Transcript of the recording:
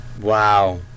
Wow